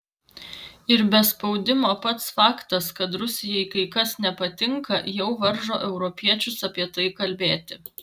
ir be spaudimo pats faktas kad rusijai kai kas nepatinka jau varžo europiečius apie tai kalbėti